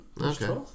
Okay